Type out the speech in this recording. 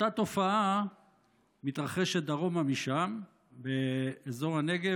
אותה תופעה מתרחשת דרומה משם, באזור הנגב.